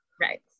right